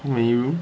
how many room